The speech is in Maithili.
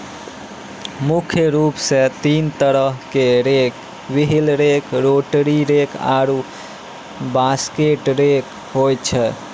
मुख्य रूप सें तीन तरहो क rake wheel rake, rotary rake आरु बास्केट रेक होय छै